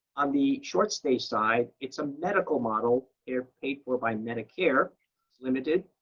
on the short-stay side, it's a medical model. they are paid for by medicare. it's limited.